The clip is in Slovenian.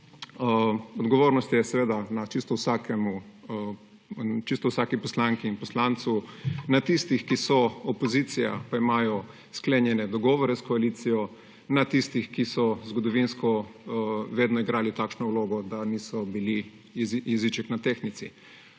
Odgovornost je seveda na čisto vsaki poslanki in poslancu, na tistih, ki so opozicija, pa imajo sklenjene dogovore s koalicijo, na tistih ki so zgodovinsko vedno igrali takšno vlogo, da niso bili jeziček na tehtnici.